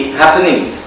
happenings